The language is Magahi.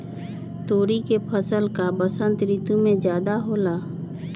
तोरी के फसल का बसंत ऋतु में ज्यादा होला?